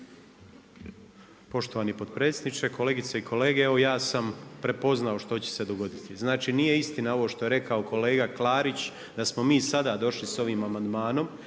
Poštovani potpredsjedniče. Kolegice i kolege, evo ja sam prepoznao što će se dogoditi. Znači nije istina ovo što je rekao kolega Klarić, da smo mi sada došli sa ovim amandmanom.